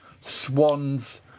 swans